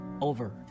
over